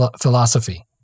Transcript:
philosophy